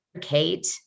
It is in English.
Kate